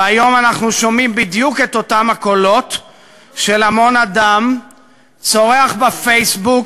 והיום אנחנו שומעים בדיוק את אותם הקולות של המון אדם צורח בפייסבוק: